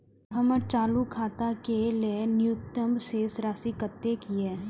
हमर चालू खाता के लेल न्यूनतम शेष राशि कतेक या?